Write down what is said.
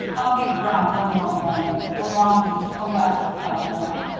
i'll give brown one more warning a long collect telegram,